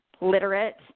literate